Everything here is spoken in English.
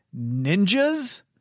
ninjas